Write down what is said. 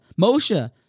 Moshe